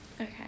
Okay